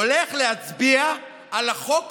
הולך להצביע על החוק